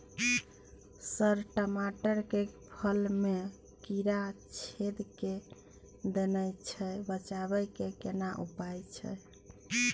Sir टमाटर के फल में कीरा छेद के दैय छैय बचाबै के केना उपाय छैय?